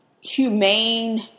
humane